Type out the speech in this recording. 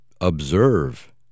observe